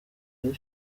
ari